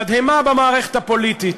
תדהמה במערכת הפוליטית,